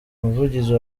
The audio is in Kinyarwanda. umuvugizi